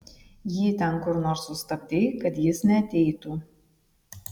jį ten kur nors sustabdei kad jis neateitų